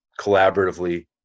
collaboratively